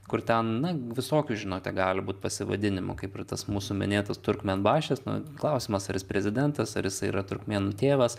kur ten na visokių žinote gali būt pasivadinimų kaip ir tas mūsų minėtas turkmėnbašis nu klausimas ar jis prezidentas ar jisai yra turkmėnų tėvas